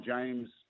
James